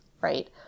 right